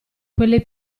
quelle